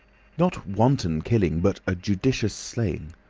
not wanton killing, but a judicious slaying.